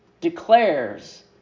declares